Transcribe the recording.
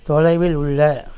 தொலைவில் உள்ள